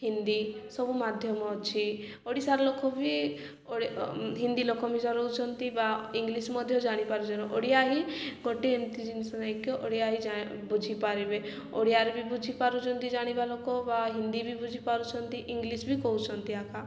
ହିନ୍ଦୀ ସବୁ ମାଧ୍ୟମ ଅଛି ଓଡ଼ିଶାର ଲୋକ ବି ହିନ୍ଦୀ ଲୋକ ମିଶା ରହୁଛନ୍ତି ବା ଇଂଲିଶ ମଧ୍ୟ ଜାଣିପାରୁଛନ୍ତି ଓଡ଼ିଆ ହିଁ ଗୋଟେ ଏମିତି ଜିନିଷ ହେଇକି ଓଡ଼ିଆ ହିଁ ବୁଝିପାରିବେ ଓଡ଼ିଆରେ ବି ବୁଝିପାରୁଛନ୍ତି ଜାଣିବା ଲୋକ ବା ହିନ୍ଦୀ ବି ବୁଝିପାରୁଛନ୍ତି ଇଂଲିଶ ବି କହୁଛନ୍ତି ଏକା